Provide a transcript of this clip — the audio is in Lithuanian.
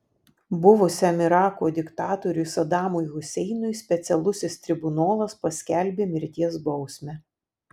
buvusiam irako diktatoriui sadamui huseinui specialusis tribunolas paskelbė mirties bausmę